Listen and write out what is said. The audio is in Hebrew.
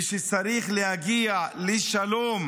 ושצריך להגיע לשלום